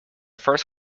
first